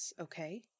okay